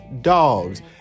dogs